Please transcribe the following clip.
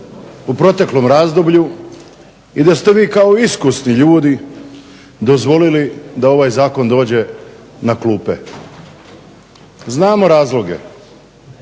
u proteklom razdoblju i da ste vi kao iskusni ljudi dozvolili da ovaj Zakon dođe na klupe. Znamo razloge,